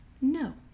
No